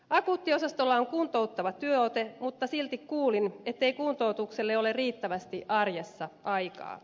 akuuttiosastolla on kuntouttava työote mutta silti kuulin ettei kuntoutukselle ole riittävästi arjessa aikaa